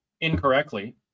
Incorrectly